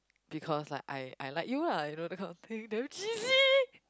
because like I I like you lah you know that kind of thing damn cheesy